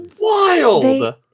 wild